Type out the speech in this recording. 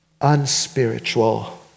unspiritual